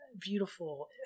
beautiful